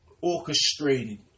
orchestrated